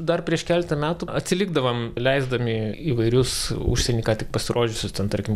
dar prieš keletą metų atsilikdavom leisdami įvairius užsieny ką tik pasirodžiusius ten tarkim